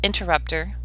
interrupter